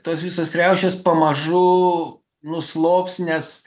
tos visos riaušės pamažu nuslops nes